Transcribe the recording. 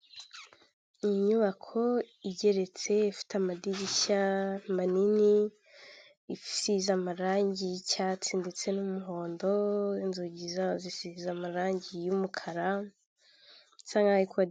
Inyubako igeretse ifite amadirishya manini isize amarangi y'icyatsi ndetse n'umuhondo inzugi zayo zisize amarangi y'umukara isa nk'aho adeshwa.